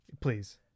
Please